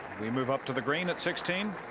we move up to the green at sixteen